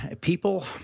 people